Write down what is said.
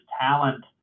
talent